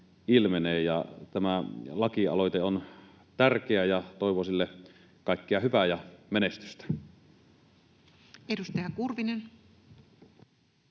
Tämä lakialoite on tärkeä, ja toivon sille kaikkea hyvää ja menestystä. [Speech